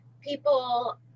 people